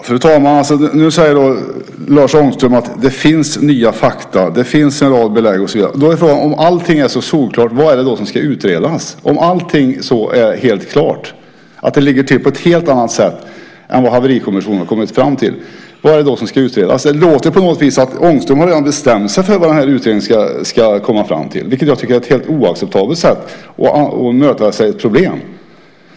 Fru talman! Nu säger Lars Ångström att det finns nya fakta, att det finns en rad belägg och så vidare. Då är frågan: Om det är helt solklart att det ligger till på ett helt annat sätt än vad Haverikommissionen har kommit fram till, vad är det då som ska utredas? Det låter på något vis som att Ångström redan har bestämt sig för vad utredningen ska komma fram till, vilket jag tycker är ett helt oacceptabelt sätt att närma sig ett problem.